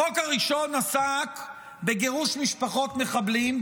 החוק הראשון עסק בגירוש משפחות מחבלים,